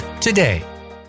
today